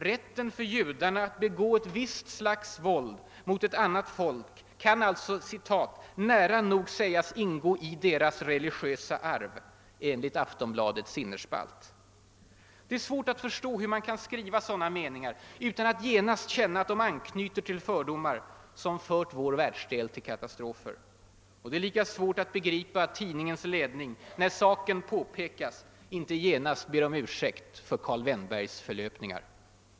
Rätten för judarna att begå visst slags våld mot ett annat folk >kan nära nog sägas ingå i deras religiösa arv», enligt Aftonbladets innerspalt. Det är svårt att förstå hur man kan skriva sådana meningar utan att genast känna att de anknyter till fördomar, som fört vår världsdel till katastrofer. Och lika svårt att begripa är att tidningens ledning, när saken påpekas, inte genast ber om ursäkt för Karl Vennbergs förlöpningar.